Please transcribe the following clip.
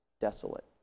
desolate